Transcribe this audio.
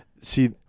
see